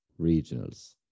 regionals